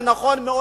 זה נכון מאוד,